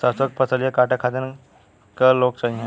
सरसो के फसलिया कांटे खातिन क लोग चाहिए?